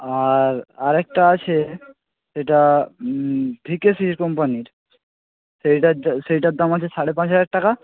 আর আরেকটা আছে সেটা কোম্পানির সেইটার সেইটার দাম হচ্ছে সাড়ে পাঁচ হাজার টাকা